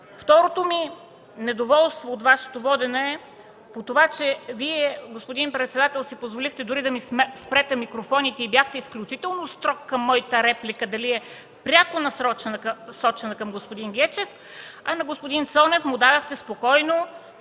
Второто ми недоволство от Вашето водене е по това, че Вие, господин председател, си позволихте дори да ми спрете микрофоните и бяхте изключително строг към моята реплика – дали е пряко насочена към господин Гечев, а на господин Цонев му дадохте спокойно